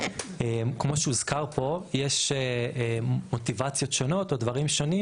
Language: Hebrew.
כמו שהוזכר פה יש מוטיבציות שונות או דברים שונים